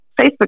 Facebook